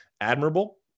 Admirable